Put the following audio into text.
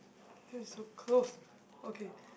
that's so close okay